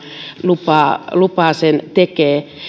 lupaa lupaa sen tekee